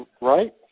Right